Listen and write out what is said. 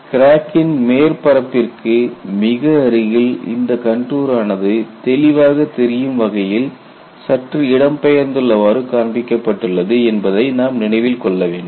கிராக்கின் மேற்பரப்பிற்கு மிக அருகில் இந்த கண்டூர் ஆனது தெளிவாக தெரியும் வகையில் சற்று இடம்பெயர்ந்துள்ளவாறு காண்பிக்கப்பட்டுள்ளது என்பதை நாம் நினைவில் கொள்ள வேண்டும்